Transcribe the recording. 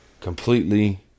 completely